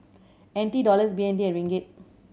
N T Dollars B N D and Ringgit